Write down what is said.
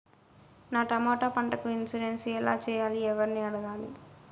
నా టమోటా పంటకు ఇన్సూరెన్సు ఎలా చెయ్యాలి? ఎవర్ని అడగాలి?